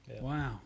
Wow